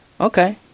Okay